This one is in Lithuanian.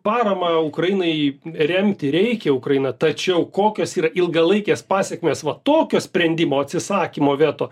paramą ukrainai remti reikia ukrainą tačiau kokios yra ilgalaikės pasekmės va tokio sprendimo atsisakymo veto